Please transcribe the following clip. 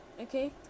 okay